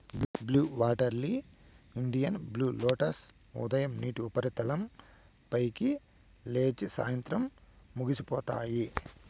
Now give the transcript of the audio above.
blue water lily, Indian blue lotus ఉదయం నీటి ఉపరితలం పైకి లేచి, సాయంత్రం మునిగిపోతాయి